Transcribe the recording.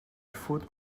foot